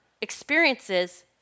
experiences